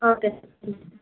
okay